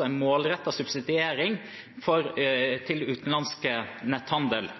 en målrettet subsidiering av utenlandsk netthandel,